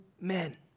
men